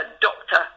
doctor